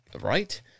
Right